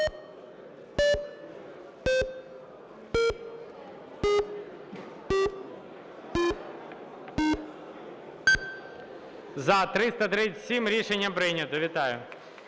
За-337 Рішення прийнято. Вітаю.